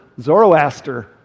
Zoroaster